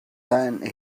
then